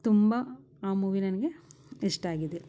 ತುಂಬ ಆ ಮೂವಿ ನನಗೆ ಇಷ್ಟ ಆಗಿದೆ